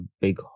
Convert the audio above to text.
big